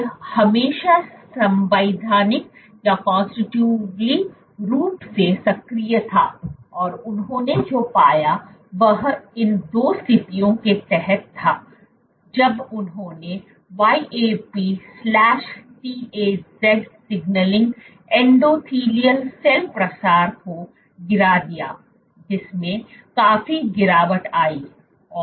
यह हमेशा संवैधानिक रूप से सक्रिय था और उन्होंने जो पाया वह इन 2 स्थितियों के तहत था जब उन्होंने YAP TAZ signalling endothelial cell प्रसार को गिरा दिया जिसमें काफी गिरावट आई